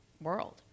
world